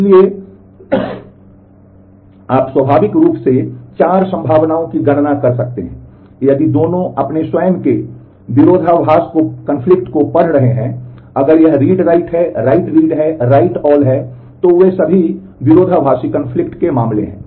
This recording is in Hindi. इसलिए आप स्वाभाविक रूप से चार संभावनाओं की गणना कर सकते हैं यदि दोनों अपने स्वयं के विरोधाभासी के मामले हैं